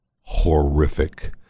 horrific